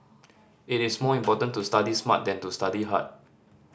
it is more important to study smart than to study hard